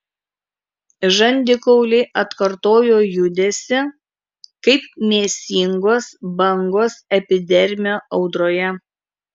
žandikauliai atkartojo judesį kaip mėsingos bangos epidermio audroje